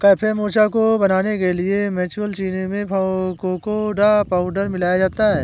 cafe mocha को बनाने के लिए कैप्युचीनो में कोकोडा पाउडर मिलाया जाता है